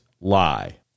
lie